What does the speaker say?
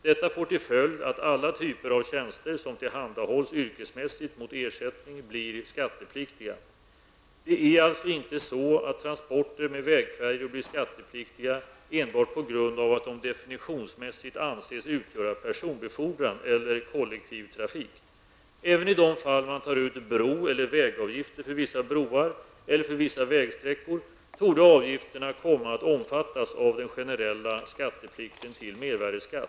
Detta får till följd att alla typer av tjänster som tillhandahålls yrkesmässigt mot ersättning blir skattepliktiga. Det är alltså inte så att transporter med vägfärjor blir skattepliktiga enbart på grund av att de definitionsmässigt anses utgöra personbefordran eller kollektivtrafik. Även i de fall man tar ut bro eller vägavgifter för vissa broar eller för vissa vägsträckor torde avgifterna komma att omfattas av den generella skatteplikten till mervärdeskatt.